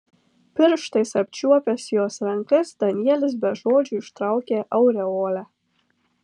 pirštais apčiuopęs jos rankas danielis be žodžių ištraukė aureolę